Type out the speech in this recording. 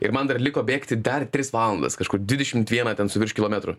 ir man dar liko bėgti dar tris valandas kažkur dvidešimt vieną ten su virš kilometrų